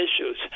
issues